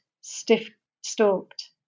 stiff-stalked